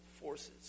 forces